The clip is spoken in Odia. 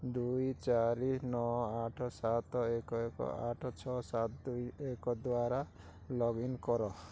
ଦୁଇ ଚାରି ନଅ ଆଠ ସାତ ଏକ ଏକ ଆଠ ଛଅ ସାତ ଦୁଇ ଏକ ଦ୍ୱାରା ଲଗ୍ଇନ୍ କର